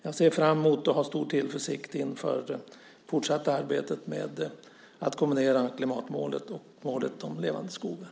Jag ser fram emot och har stor tillförsikt inför det fortsatta arbetet med att kombinera klimatmålet och målet Levande skogar.